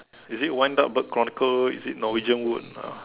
is it Wind Up Bird Chronicle is it Norwegian Wood uh